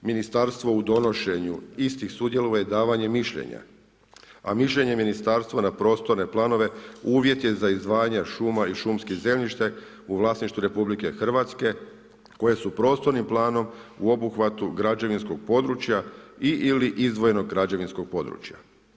Ministarstvo u donošenju istih sudjeluje davanjem mišljenja a mišljenje ministarstva na prostorne planove uvjet je za izdvajanje šuma i šumskih zemljišta u vlasništvu RH koji su prostornim planom u obuhvatu građevinskog područja i/ili izdvojenog građevinskog područja.